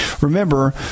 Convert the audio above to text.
remember